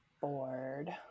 bored